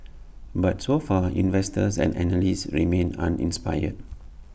but so far investors and analysts remain uninspired